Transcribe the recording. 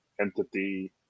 entity